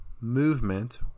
movement